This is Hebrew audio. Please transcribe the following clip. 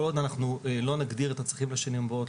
כל עוד אנחנו לא נגדיר את הצרכים לשנים הבאות,